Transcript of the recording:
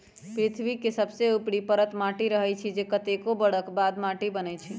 पृथ्वी के सबसे ऊपरी परत माटी रहै छइ जे कतेको बरख बाद माटि बनै छइ